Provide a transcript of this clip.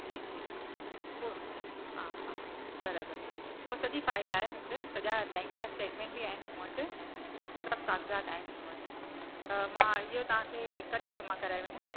जी जी जी हा हा बराबर हूअ सॼी फाइल आहे मूंखे सॼा बेंक जा स्टेटमेंट बि आहिनि मूं वटि सभु काग़ज़ात आहिनि मूं वटि त मां इहो तव्हांखे कॾहिं जमा कराए वञां